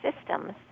systems